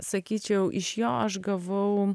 sakyčiau iš jo aš gavau